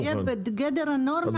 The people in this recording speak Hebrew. שיהיה בגדר הנורמה".